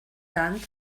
tant